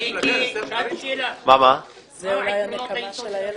מיקי, שאלתי שאלה: מה העקרונות של המפלגה?